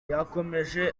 yakomeje